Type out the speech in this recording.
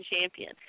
champion